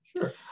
Sure